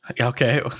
okay